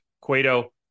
Cueto